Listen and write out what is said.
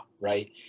right